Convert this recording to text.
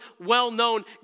well-known